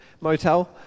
motel